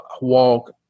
walk